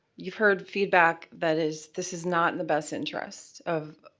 you've heard feedback that is this is not in the best interest of,